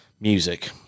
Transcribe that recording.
Music